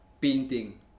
Painting